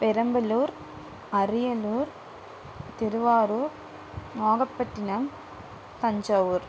Perambalur Ariyalur Tiruvarur Nagapattinam Thanjavur